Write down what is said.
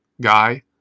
guy